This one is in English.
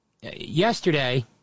Yesterday